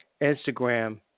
Instagram